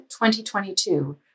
2022